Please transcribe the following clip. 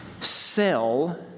Sell